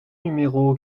numéro